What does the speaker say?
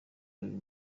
uyu